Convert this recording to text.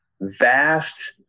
vast